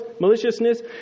maliciousness